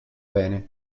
bene